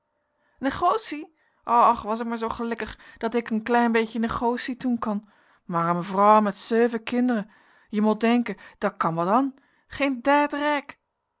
negotie neghoossie och was ik mhaar zoo gelikkig dat hik een klein beetje neghoossie thoen kon mhaar een vrouw met zeuven kinderen je mot dhenken dat kan wat an gheen